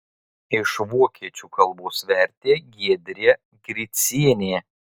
iš vokiečių kalbos vertė giedrė gricienė